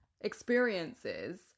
experiences